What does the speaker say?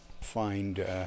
find